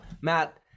Matt